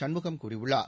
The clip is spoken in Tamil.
சண்முகம் கூறியுள்ளார்